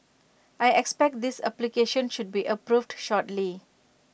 I expect his application should be approved shortly